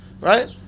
Right